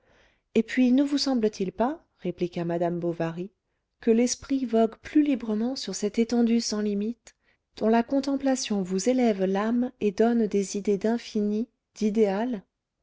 et puis ne vous semble-t-il pas répliqua madame bovary que l'esprit vogue plus librement sur cette étendue sans limites dont la contemplation vous élève l'âme et donne des idées d'infini d'idéal